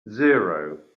zero